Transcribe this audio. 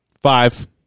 Five